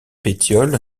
pétiole